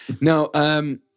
No